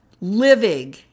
living